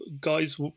Guys